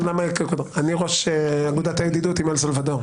אני ראש אגודת הידידות עם אל סלבדור.